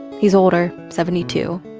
he's older, seventy two,